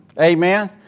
Amen